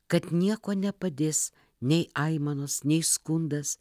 kad nieko nepadės nei aimanos nei skundas